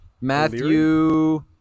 Matthew